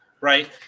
right